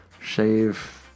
shave